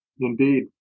Indeed